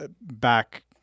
back